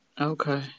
Okay